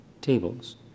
tables